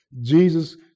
Jesus